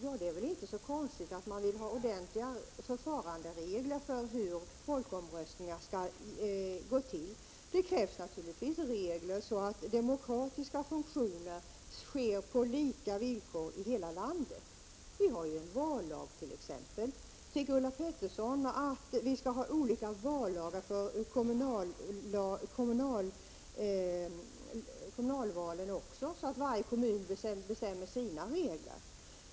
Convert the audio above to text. Ja, det är väl inte så konstigt att man vill ha ordentliga förfaranderegler för hur folkomröstningar skall gå till. Det krävs naturligtvis regler, så att demokratiska funktioner sker på lika villkor i hela landet. Vi har ju en vallag t.ex. Tycker Ulla Pettersson att vi skall ha olika vallagar för kommunalvalen också, så att varje kommun bestämmer sina egna regler?